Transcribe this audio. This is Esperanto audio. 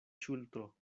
ŝultro